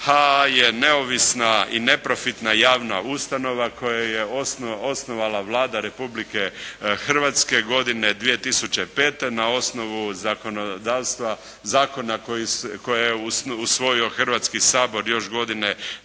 HAA je neovisna i neprofitna javna ustanova koja je osnovala Vlada Republike Hrvatske godine 2005. na osnovu zakonodavstva, zakona koje je usvojio Hrvatski sabor još godine 2003.